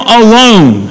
alone